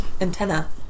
antenna